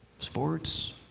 Sports